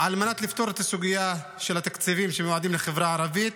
על מנת לפתור את הסוגיה של התקציבים שמיועדים לחברה הערבית,